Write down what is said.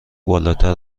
بالاتر